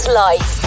life